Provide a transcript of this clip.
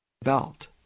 belt